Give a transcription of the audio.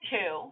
Two